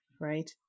right